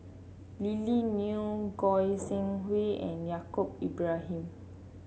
Lily Neo Goi Seng Hui and Yaacob Ibrahim